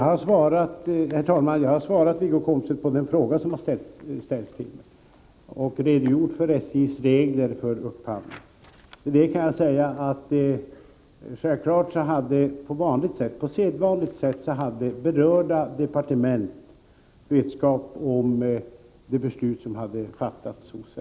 Herr talman! Jag har svarat Wiggo Komstedt på den fråga som har ställts till mig och redogjort för SJ:s regler för upphandling. Till detta kan jag säga att berörda departement självfallet hade på sedvanligt sätt fått vetskap om det beslut som fattats hos SJ.